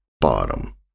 bottom